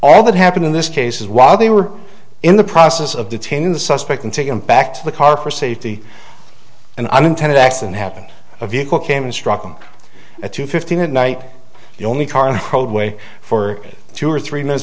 all that happened in this case is while they were in the process of detaining the suspect and take him back to the car for safety and unintended accident happened a vehicle came struck him at two fifteen that night the only car in roadway for two or three minutes